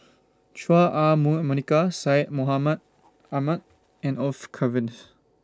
Chua Ah Huwa Monica Syed Mohamed Ahmed and Orfeur Cavenagh